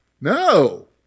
No